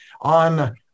on